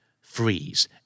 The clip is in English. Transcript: Freeze